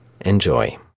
Enjoy